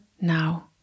now